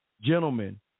gentlemen